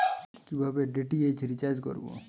কিভাবে DTH recharge করব?